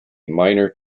minor